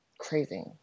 crazy